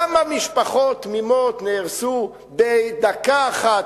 כמה משפחות תמימות נהרסו בדקה אחת,